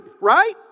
right